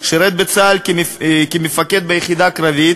שירת בצה"ל כמפקד ביחידה קרבית.